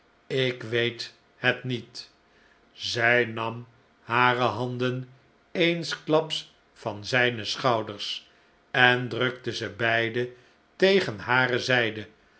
ik weet het niet zij nam hare handen eensklaps van zijne schouders en drukte ze beide tegen hare zijde